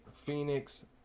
Phoenix